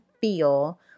feel